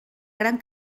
gran